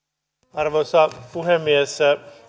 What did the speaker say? arvoisa puhemies